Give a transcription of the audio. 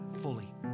fully